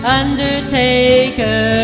undertaker